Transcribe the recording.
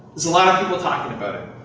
there's a lot of people talking about it.